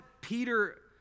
Peter